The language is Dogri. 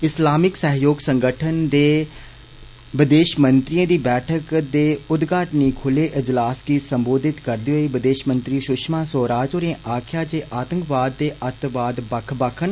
इस्लामिक सैहयोग संगठन दे वदेषमंत्रिएं गी बैठक दे उदघाटनी खुले अजलास गी सम्बोधित करदे होई वदेषमंत्री सुशमा स्वराज होरें आक्खेआ जे आतंकवाद ते अतवाद बकख बक्ख न